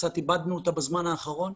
קצת איבדנו אותה בזמן האחרון.